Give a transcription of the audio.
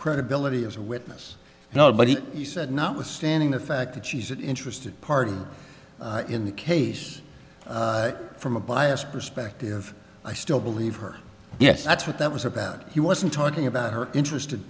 credibility as a witness nobody said notwithstanding the fact that she's an interested party in the case from a biased perspective i still believe her yes that's what that was about he wasn't talking about her interested